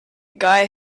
guy